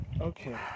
okay